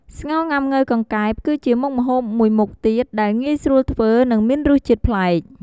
ស្ងោរងាំង៉ូវកង្កែប គឺជាមុខម្ហូបមួយមុខទៀតដែលងាយស្រួលធ្វើ និងមានរសជាតិប្លែក។